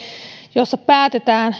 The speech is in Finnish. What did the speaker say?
jossa päätetään